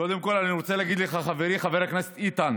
קודם כול אני רוצה להגיד לחברי חבר הכנסת איתן,